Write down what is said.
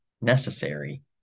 necessary